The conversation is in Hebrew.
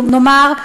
נאמר,